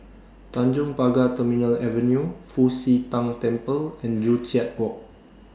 Tanjong Pagar Terminal Avenue Fu Xi Tang Temple and Joo Chiat Walk